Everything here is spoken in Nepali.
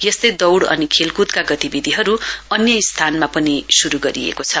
यस्तै दौइ अनि खेलकुदका गतिविधिहरू अन्य स्थानमा पनि शुरु गरिएको छ